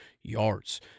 yards